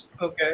Okay